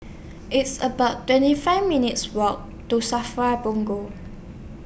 It's about twenty five minutes' Walk to SAFRA Punggol